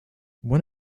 one